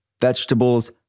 vegetables